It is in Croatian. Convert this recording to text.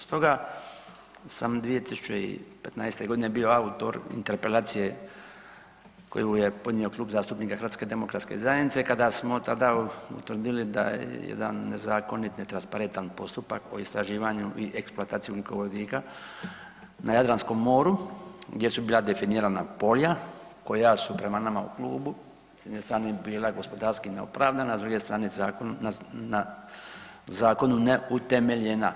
Stoga sam 2015. g. bio autor interpelacije koju je podnio KLub zastupnika HDZ-a kada smo tada utvrdili da je jedan nezakonit, netransparentan postupak o istraživanju i eksploataciji ugljikovodika na Jadranskom moru gdje su bila definirana polja koja su prema nama u klubu s jedne strane bila gospodarski neopravdana a druge strane, na zakonu neutemeljena.